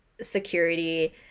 security